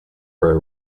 were